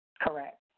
Correct